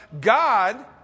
God